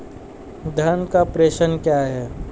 धन का प्रेषण क्या है?